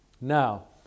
Now